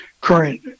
current